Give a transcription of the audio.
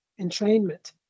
entrainment